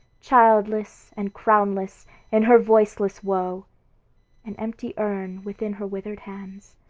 childless and crownless in her voiceless woe an empty urn within her withered hands,